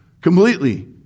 completely